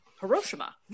Hiroshima